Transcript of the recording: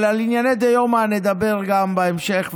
אבל על ענייני דיומא נדבר גם בהמשך,